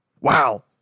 Wow